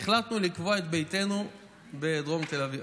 והחלטנו לקבוע את ביתנו בדרום תל אביב.